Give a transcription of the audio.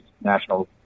National